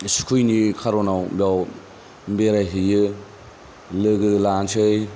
सुखुयिनि कारनाव बाव बेरायहैयो लोगो लानोसै